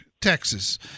Texas